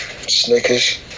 Snickers